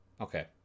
Okay